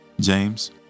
James